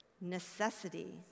necessity